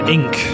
Inc